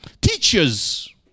Teachers